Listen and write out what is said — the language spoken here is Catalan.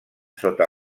sota